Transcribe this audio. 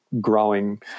growing